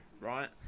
right